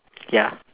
ya